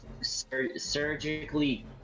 surgically